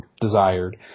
desired